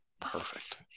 perfect